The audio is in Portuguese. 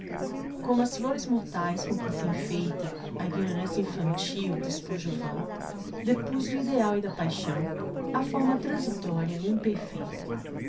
como as flores mortaes com que se enfeita a ignorancia infantil despojo vão depuz do ideal e da paixão a forma transitoria e imperfeita